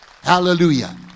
hallelujah